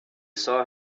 saw